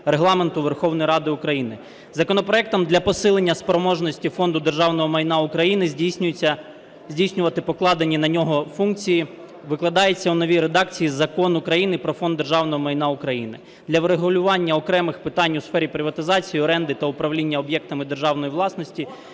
Регламенту Верховної Ради України. Законопроектом, для посилення спроможності Фонду державного майна України, здійснювати покладені на нього функції, викладається у новій редакції Закон України "Про Фонд державного майна України" для врегулювання окремих питань у сфері приватизації, оренди та управління об'єктами державної власності